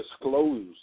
disclose